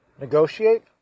negotiate